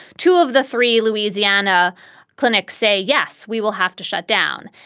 two of the three louisiana clinics say, yes, we will have to shut down.